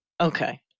Okay